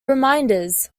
reminders